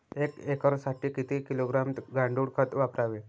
एक एकरसाठी किती किलोग्रॅम गांडूळ खत वापरावे?